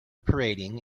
parading